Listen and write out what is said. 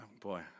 Boy